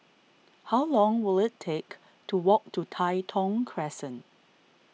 how long will it take to walk to Tai Thong Crescent